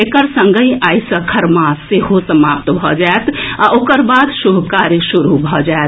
एकर संग हि आई सँ खरमास सेहो समाप्त भऽ जाएत आ ओकर बाद शुभ कार्य शुरू भऽ जाएत